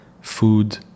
food